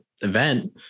event